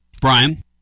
Brian